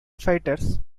fighters